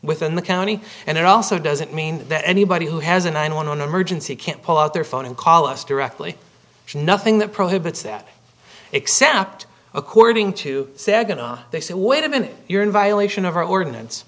within the county and it also doesn't mean that anybody who has a nine hundred and eleven emergency can't pull out their phone and call us directly nothing that prohibits that except according to sag and they say wait a minute you're in violation of our ordinance